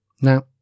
Now